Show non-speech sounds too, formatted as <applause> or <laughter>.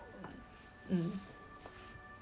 <noise> mm <noise>